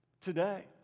today